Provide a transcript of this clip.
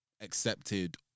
accepted